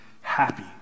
happy